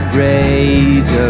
rage